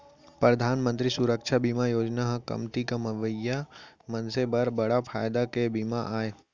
परधान मंतरी सुरक्छा बीमा योजना ह कमती कमवइया मनसे बर बड़ फायदा के बीमा आय